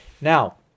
Now